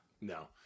No